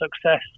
success